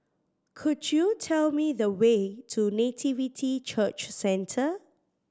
could you tell me the way to Nativity Church Centre